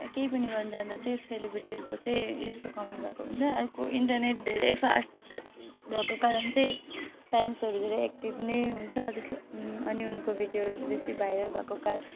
यहाँ केही पनि गर्नु जाँदा चाहिँ सेलिब्रेटीहरूको चाहिँ यस्तो कमी भएको हुन्छ अर्को इन्टरनेट धेरै फास्ट भएको कारण चाहिँ फ्यान्सहरू एक्टिभ नै हुन्छ त्यसला अनि उनीहरूको भिडियोहरू बेसी भाइरल भएको कार्